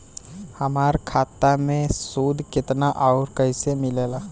हमार खाता मे सूद केतना आउर कैसे मिलेला?